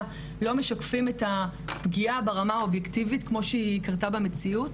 לא משקפים את הפגיעה ברמה האובייקטיבית כמו שהיא קרתה במציאות